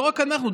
לא רק אנחנו,